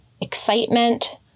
excitement